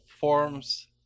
forms